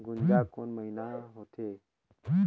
गुनजा कोन महीना होथे?